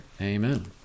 Amen